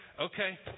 Okay